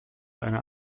einer